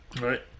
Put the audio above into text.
Right